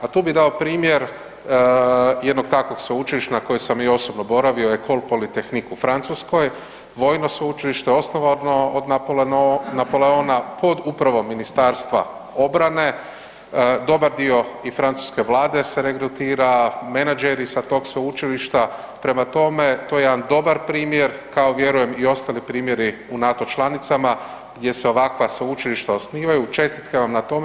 A tu bi dao primjer jednog takvog sveučilišta u kojem sam i osobno boravio je Ecole Polytehnique u Francuskoj vojno sveučilište osnovano od Napoleona pod upravom ministarstva obrane, dobar dio i francuske vlade se regrutira, menadžeri sa tog sveučilišta prema tome to je jedan dobar primjer kao vjerujem i ostali primjer unatoč članicama gdje se ovakva sveučilišta osnivanju, čestitke vam na tome.